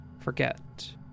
forget